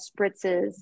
spritzes